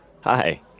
Hi